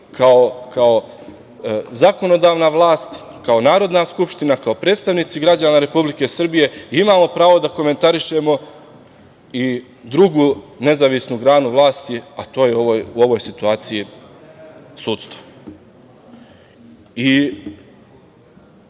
kao zakonodavna vlast, kao Narodna skupština, kaopredstavnici građana Republike Srbije, imamo pravo da komentarišemo i drugu nezavisnu granu vlasti, a to je u ovoj situaciji sudstvo? Ja